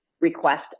request